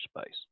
space